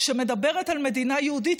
שמדברת על מדינה יהודית,